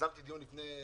אבל זה יביא למצוקה גדולה